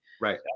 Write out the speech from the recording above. right